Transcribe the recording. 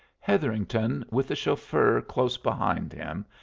hetherington, with the chauffeur close behind him,